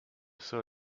still